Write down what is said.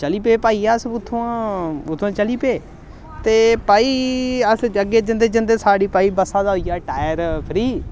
चली पे भाई अस उत्थुआं उत्थुआं चली पे ते भाई अस जग्गे जंदे जंदे साढ़ी भाई बस्सा दा होई आ टायर फ्री